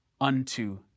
unto